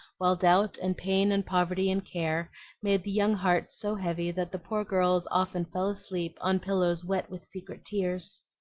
while doubt and pain and poverty and care made the young hearts so heavy that the poor girls often fell asleep on pillows wet with secret tears.